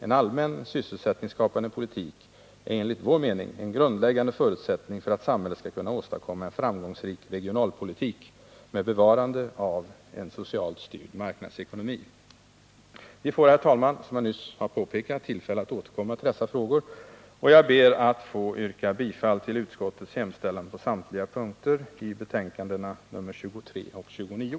En allmän sysselsättningsskapande politik är enligt vår mening en grundläggande förutsättning för att samhället skall kunna åstadkomma en framgångsrik regionalpolitik med bevarande av en socialt styrd marknadsekonomi. Herr talman! Vi får som jag nyss har påpekat tillfälle att återkomma till dessa frågor, och jag ber att få yrka bifall till utskottets hemställan på samtliga punkter i betänkandena nr 23 och 29.